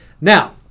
Now